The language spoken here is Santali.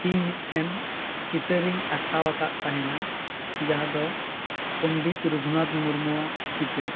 ᱤᱧ ᱢᱤᱫᱴᱮᱱ ᱪᱤᱛᱟᱹᱨ ᱤᱧ ᱟᱸᱠᱟᱣ ᱟᱠᱟᱫ ᱛᱟᱦᱮᱱᱟ ᱡᱟᱦᱟᱸ ᱫᱚ ᱯᱚᱱᱰᱤᱛ ᱨᱟᱹᱜᱷᱩᱱᱟᱛᱷ ᱢᱩᱨᱢᱩᱣᱟᱜ ᱪᱤᱛᱟᱹᱨ